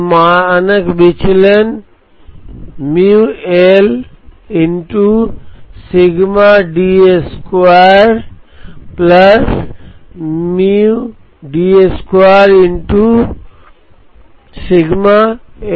तो मानक विचलन सूत्र μ Lx σD2 μD2 x σL2 द्वारा दिया जाता है